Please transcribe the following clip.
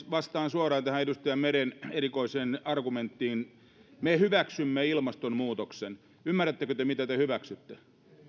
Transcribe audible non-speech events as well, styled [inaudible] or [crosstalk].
[unintelligible] vastaan suoraan tähän edustaja meren erikoiseen argumenttiin me hyväksymme ilmastonmuutoksen ymmärrättekö te mitä te hyväksytte